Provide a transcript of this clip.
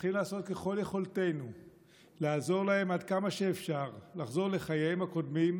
צריכים לעשות ככל יכולתנו לעזור להם עד כמה שאפשר לחזור לחיים הקודמים,